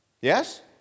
Yes